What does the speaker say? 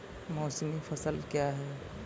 मौसमी फसल क्या हैं?